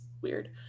weird